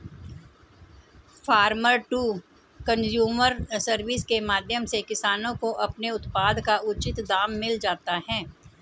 farmer to consumer service के माध्यम से किसानों को अपने उत्पाद का उचित दाम मिल जाता है